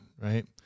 right